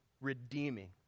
redeeming